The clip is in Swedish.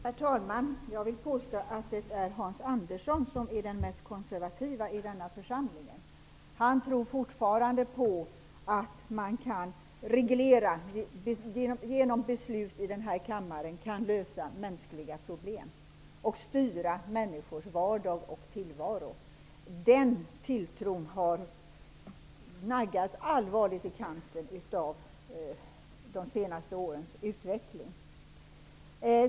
Herr talman! Jag vill påstå att det är Hans Andersson som är den mest konservativa i denna församling. Han tror fortfarande att vi genom beslut i denna kammare kan lösa mänskliga problem och styra människors vardag och tillvaro. Min tilltro till denna förmåga har naggats allvarligt i kanten av de senaste årens utveckling.